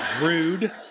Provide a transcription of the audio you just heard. Rude